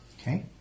Okay